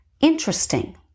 interesting